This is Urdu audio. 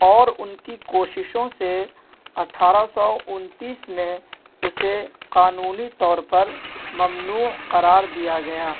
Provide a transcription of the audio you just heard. اور ان کی کوششوں سے اٹھارہ سو انتیس میں اسے قانونی طور پر ممنوع قرار دیا گیا